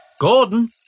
Gordon